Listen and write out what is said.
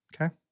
Okay